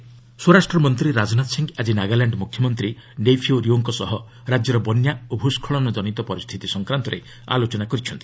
HM Nagaland ସ୍ୱରାଷ୍ଟ ମନ୍ତ୍ରୀ ରାଜନାଥ ସିଂ ଆଜି ନାଗାଲ୍ୟାଣ୍ଡ ମ୍ରଖ୍ୟମନ୍ତ୍ରୀ ନେଇଫିୟ ରିଓଙ୍କ ସହ ରାଜ୍ୟର ବନ୍ୟା ଓ ଭ୍ରସ୍କଳନଜନିତ ପରିସ୍ଥିତି ସଂକ୍ରାନ୍ତରେ ଆଲୋଚନା କରିଛନ୍ତି